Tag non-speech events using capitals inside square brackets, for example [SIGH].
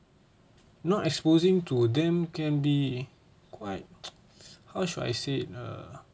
not exposing to them can be quite [NOISE] how should I say it uh